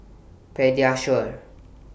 Pediasure